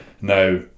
Now